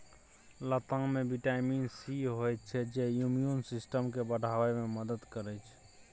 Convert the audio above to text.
लताम मे vitamin C होइ छै जे इम्युन सिस्टम केँ बढ़ाबै मे मदद करै छै